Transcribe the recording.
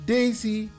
Daisy